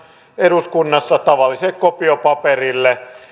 eduskunnassa tavalliselle kopiopaperille